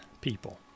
people